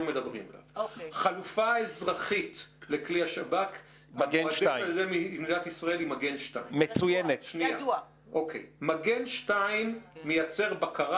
חלופה אזרחית לכלי השב"כ היא מגן 2. מגן 2 מייצר בקרה,